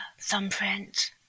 thumbprint